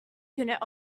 unit